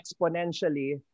exponentially